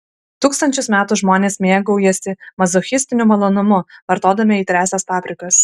tūkstančius metų žmonės mėgaujasi mazochistiniu malonumu vartodami aitriąsias paprikas